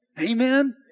Amen